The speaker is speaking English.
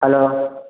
hello